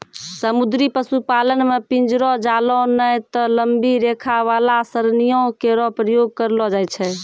समुद्री पशुपालन म पिंजरो, जालों नै त लंबी रेखा वाला सरणियों केरो प्रयोग करलो जाय छै